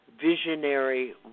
visionary